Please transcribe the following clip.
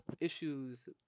issues